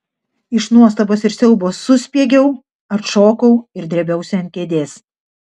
iš nuostabos ir siaubo suspiegiau atšokau ir drėbiausi ant kėdės